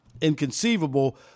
inconceivable